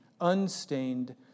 unstained